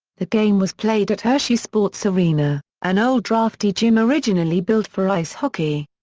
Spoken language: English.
the game was played at hershey sports arena, an old drafty gym originally built for ice hockey.